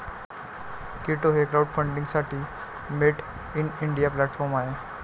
कीटो हे क्राउडफंडिंगसाठी made in India platform आहे